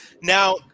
Now